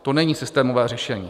To není systémové řešení.